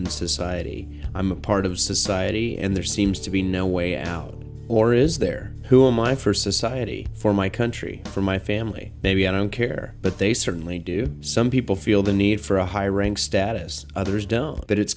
in society i'm a part of society and there seems to be no way out or is there who are my for society for my country for my family maybe i don't care but they certainly do some people feel the need for a high rank status others don't but it's